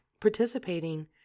participating